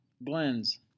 blends